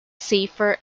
safer